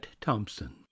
Thompson